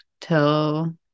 till